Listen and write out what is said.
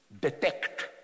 detect